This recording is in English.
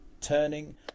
turning